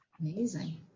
Amazing